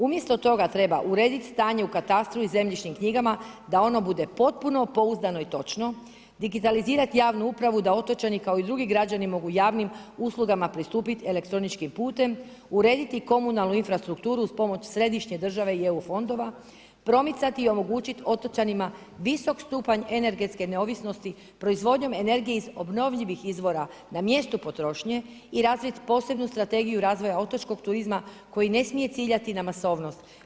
Umjesto toga treba urediti stanje u katastru i zemljišnim knjigama da ono bude potpuno, pouzdano i točno, digitalizirat javnu upravu da otočani kao i drugi građani mogu javnim uslugama pristupiti elektroničkim putem, urediti komunalnu infrastrukturu uz pomoć središnje države i EU fondova, promicati i omogućiti otočanima visok stupanj energetske neovisnosti proizvodnjom energije iz obnovljivih izvora na mjestu potrošnje i razviti posebnu strategiju razvoja otočkog turizma koji ne smije ciljati na masovnost.